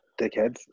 dickheads